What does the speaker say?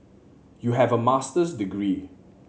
you have a Master's degree